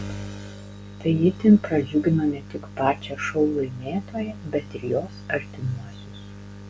tai itin pradžiugino ne tik pačią šou laimėtoją bet ir jos artimuosius